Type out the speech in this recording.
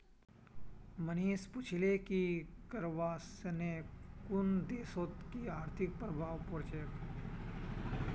मनीष पूछले कि करवा सने कुन देशत कि आर्थिक प्रभाव पोर छेक